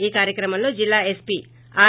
ఈ కార్యక్రమంలో జిల్లా ఎస్పీ ఆర్